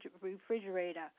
refrigerator